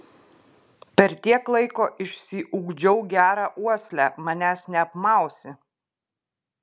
per tiek laiko išsiugdžiau gerą uoslę manęs neapmausi